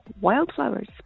wildflowers